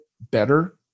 better